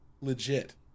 legit